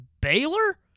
Baylor